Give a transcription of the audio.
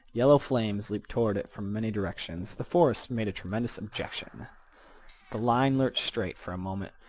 yellow flames leaped toward it from many directions. the forest made a tremendous objection the line lurched straight for a moment.